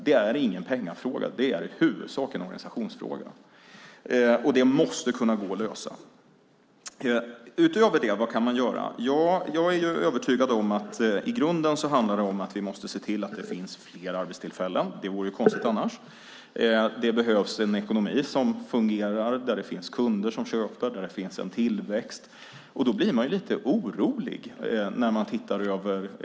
Det är ingen pengafråga, utan i huvudsak en organisationsfråga, och det måste kunna gå att lösa. Vad kan man göra utöver det? Jag är övertygad om att det i grunden handlar om att vi måste se till att det finns fler arbetstillfällen. Det vore konstigt annars. Det behövs en ekonomi som fungerar, där det finns kunder som köper och där det finns tillväxt. Man blir lite orolig när man tittar på De rödgrönas politik.